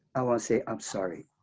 i want to say i'm sorry,